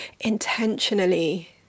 intentionally